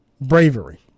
bravery